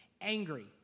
angry